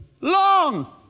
long